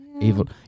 evil